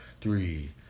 three